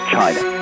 China